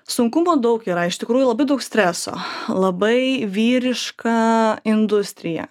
sunkumų daug yra iš tikrųjų labai daug streso labai vyriška industrija